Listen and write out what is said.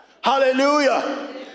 Hallelujah